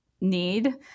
need